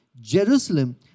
Jerusalem